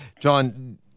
John